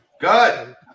Good